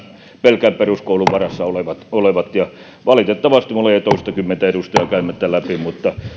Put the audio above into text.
pelkän peruskoulun varassa olevat olevat valitettavasti minulla jäi toistakymmentä edustajaa käymättä läpi mutta